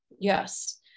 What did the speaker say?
Yes